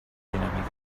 dinàmica